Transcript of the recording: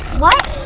what?